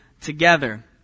together